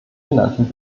genannten